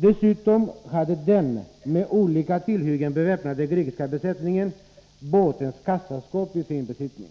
Dessutom hade den med olika tillhyggen beväpnade grekiska besättningen båtens kassaskåp i sin besittning.